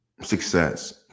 success